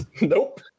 Nope